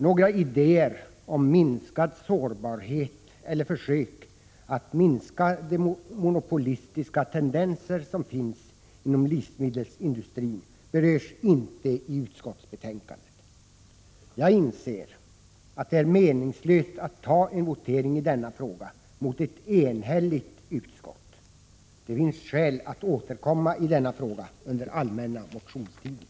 Några idéer om minskad sårbarhet eller försök till att minska de monopolistiska tendenser som finns inom livsmedelsindustrin berörs inte i utskottsbetänkandet. Jag inser att det är meningslöst att ha en votering i denna fråga när utskottet är enhälligt. Det finns dock skäl att återkomma i denna fråga under den allmänna motionstiden.